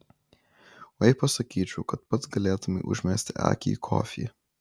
o jei pasakyčiau kad pats galėtumei užmesti akį į kofį